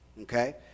okay